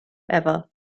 ever